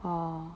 orh